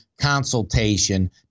consultation